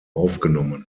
aufgenommen